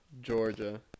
Georgia